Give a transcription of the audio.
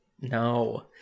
No